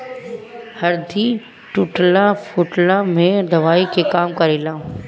हरदी टूटला फुटला में दवाई के काम करेला